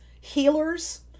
healers